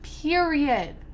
period